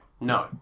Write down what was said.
No